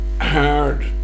hard